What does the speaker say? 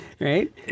right